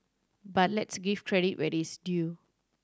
but let's give credit where it's due